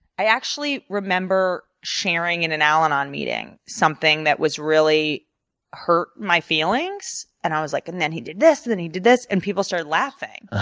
i actually remember sharing in an al anon meeting something that really hurt my feelings. and i was like and then he did this, and then he did this. and people started laughing.